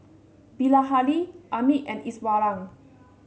Bilahari Amit and Iswaran